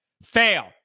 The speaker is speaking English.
Fail